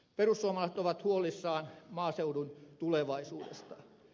perussuomalaiset ovat huolissaan maaseudun tulevaisuudesta